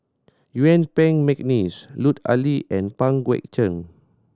Yuen Peng McNeice Lut Ali and Pang Guek Cheng